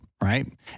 right